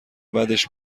بدش